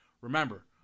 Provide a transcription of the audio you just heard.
Remember